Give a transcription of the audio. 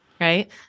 Right